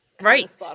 right